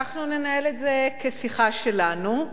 אנחנו ננהל את זה כשיחה שלנו,